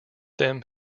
them